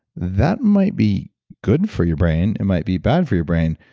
that might be good for your brain. it might be bad for your brain,